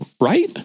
Right